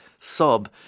sub